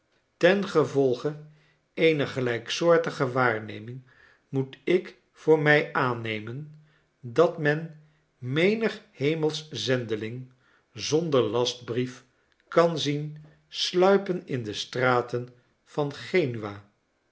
ten gevolge eener gelijksoortige waarneming moet ik voor mij aannemen dat men menig hemelsch zendeling zonder lastbrief kan zien sluipen in de straten van genua